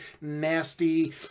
nasty